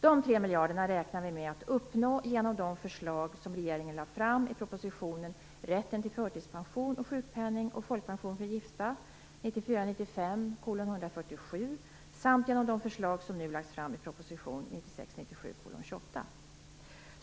De 3 miljarderna räknar vi med att kunna spara in genom de förslag som regeringen lade fram i propositionen Rätten till förtidspension och sjukpenning och folkpension för gifta (prop. 1994 97:28.